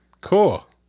Cool